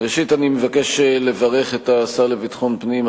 ראשית אני מבקש לברך את השר לביטחון פנים,